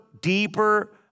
deeper